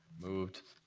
moved,